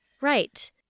Right